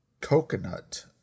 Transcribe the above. coconut